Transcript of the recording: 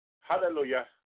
hallelujah